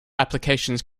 applications